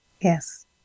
Yes